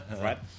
right